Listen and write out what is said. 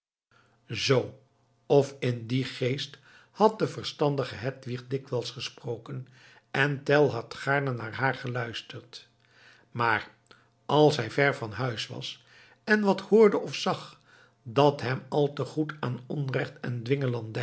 zoo of in dien geest had de verstandige hedwig dikwijls gesproken en tell had gaarne naar haar geluisterd maar als hij ver van huis was en wat hoorde of zag dat hem al te goed aan onrecht en